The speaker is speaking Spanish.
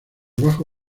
bajo